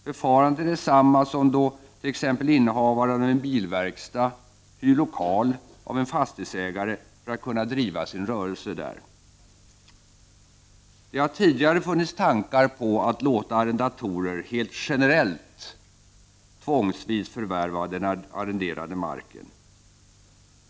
Förfarandet är detsamma som då t.ex. innehavaren av en bilverkstad hyr lokal av en fastighetsägare för att kunna driva sin rörelse där. Det har tidigare funnits tankar på att låta arrendatorer helt generellt tvångsvis förvärva den arrenderade marken.